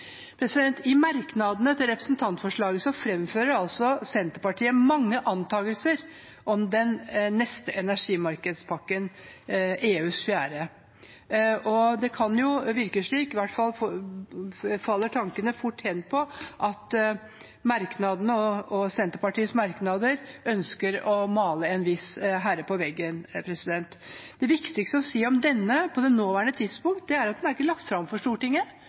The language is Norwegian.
I merknadene til representantforslaget framfører Senterpartiet mange antagelser om den neste energimarkedspakken, EUs fjerde. Det kan virke som – i hvert fall kaller tankene fort hen på det – om Senterpartiet med sine merknader ønsker å male en viss herre på veggen. Det viktigste å si om denne på det nåværende tidspunkt er at den ikke er lagt fram for Stortinget.